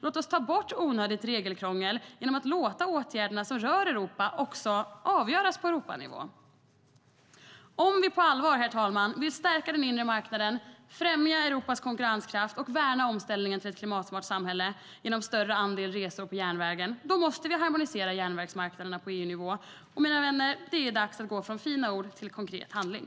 Låt oss ta bort onödigt regelkrångel genom att låta åtgärderna som rör Europa också avgöras på Europanivå. Om vi på allvar vill stärka den inre marknaden, främja Europas konkurrenskraft och värna omställningen till ett klimatsmart samhälle genom större andel resor på järnväg måste vi harmonisera järnvägsmarknaderna på EU-nivå. Mina vänner, det är dags att gå från fina ord till konkret handling.